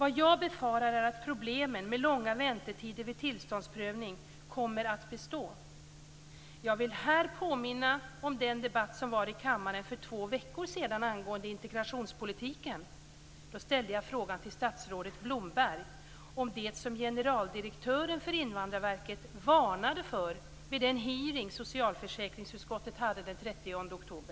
Vad jag befarar är att problemen med långa väntetider vid tillståndsprövning kommer att bestå! Jag vill här påminna om den debatt som var i kammaren för två veckor sedan angående integrationspolitiken.